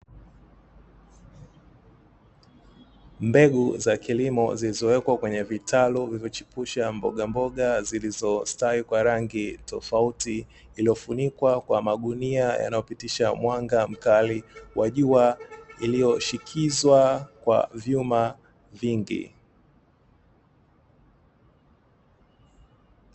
Mbegu za kilimo zilizowekwa kwenye vitalu vilivyochipusha mbogamboga zilizostawi kwa rangi tofauti, iliyofunikwa kwa magunia yanayopitisha mwanga mkali wa jua, iliyoshikizwa kwa vyuma vingi.